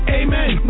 amen